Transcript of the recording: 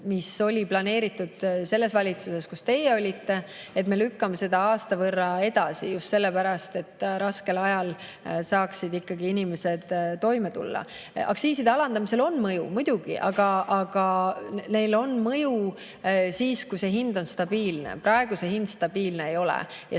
mis oli planeeritud selles valitsuses, kus teie olite, me lükkame aasta võrra edasi just sellepärast, et raskel ajal saaksid inimesed toime tulla. Aktsiiside alandamisel on muidugi mõju, aga sel on mõju siis, kui see hind on stabiilne. Praegu see hind stabiilne ei ole.